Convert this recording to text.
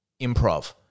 Improv